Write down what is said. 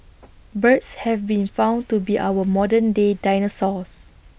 birds have been found to be our modern day dinosaurs